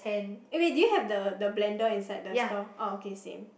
eh wait do you have the the blender inside the store oh okay same